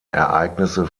ereignisse